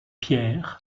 pierre